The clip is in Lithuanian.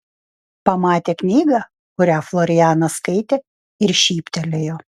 pamatė knygą kurią florianas skaitė ir šyptelėjo